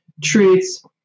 treats